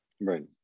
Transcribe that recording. Right